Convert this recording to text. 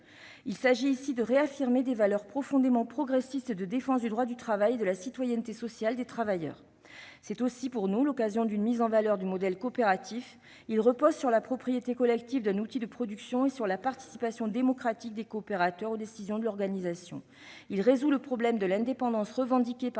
Il s'agit de réaffirmer des valeurs profondément progressistes de défense du droit du travail et de la citoyenneté sociale des travailleurs. C'est aussi pour nous l'occasion de mettre en valeur le modèle coopératif, qui repose sur la propriété collective d'un outil de production et sur la participation démocratique des coopérateurs aux décisions de l'organisation. Ce modèle résout le problème de l'indépendance, revendiquée par les travailleurs